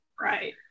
Right